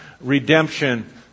redemption